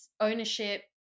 ownership